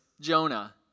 Jonah